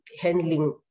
handling